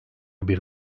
bir